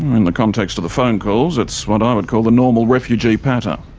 in the context of the phone calls, it's what i would call the normal refugee patter.